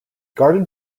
garden